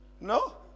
No